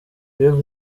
rev